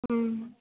ᱦᱮᱸ